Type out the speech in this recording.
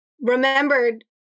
remembered